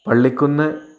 Pallikkunnu